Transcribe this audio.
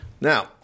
Now